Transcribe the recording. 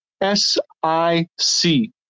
s-i-c